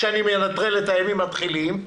כשאני מנטל את הימים התחיליים,